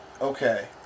Okay